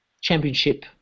championship